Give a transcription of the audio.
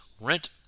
rent